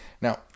Now